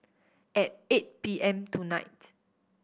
at eight P M tonight